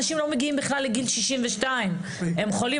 'אנשים לא מגיעים בכלל לגיל 62 כי הם חולים,